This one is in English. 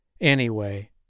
Anyway